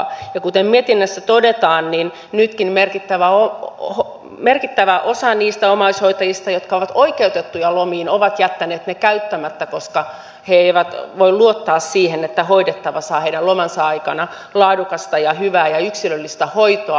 ja kuten mietinnössä todetaan niin nytkin merkittävä osa niistä omaishoitajista jotka ovat oikeutettuja lomiin ovat jättäneet ne käyttämättä koska he eivät voi luottaa siihen että hoidettava saa heidän lomansa aikana laadukasta ja hyvää ja yksilöllistä hoitoa